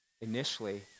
initially